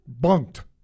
bunked